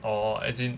or as in